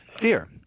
fear